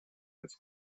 als